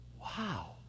wow